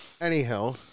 Anyhow